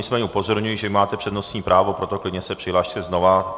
Nicméně upozorňuji, že máte přednostní právo, proto klidně se přihlaste znova.